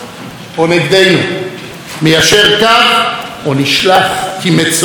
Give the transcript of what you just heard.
מיישר קו או נשלח כמצורע מחוץ למחנה.